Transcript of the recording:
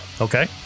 Okay